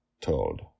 told